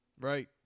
Right